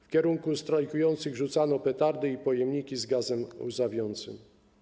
W kierunku strajkujących rzucano petardy i pojemniki z gazem łzawiącym.